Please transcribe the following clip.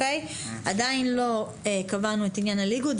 עדיין לא קבענו את עניין הליגות.